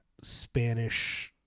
Spanish